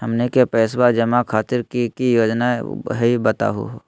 हमनी के पैसवा जमा खातीर की की योजना हई बतहु हो?